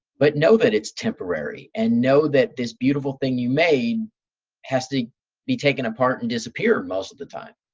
but know that it's temporary and know that this beautiful thing you made has to be taken apart and disappear most of the time?